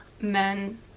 men